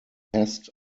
test